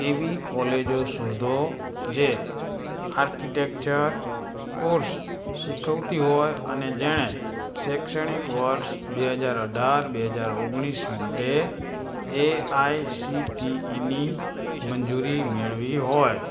એવી કોલેજો શોધો જે આર્કિટેક્ચર કોર્સ શીખવતી હોય અને જેણે શૈક્ષણિક વર્ષ બે હજાર અઢાર બે હજાર ઓગણીસ માટે એ આઇ સી ટી ઈની મંજૂરી મેળવી હોય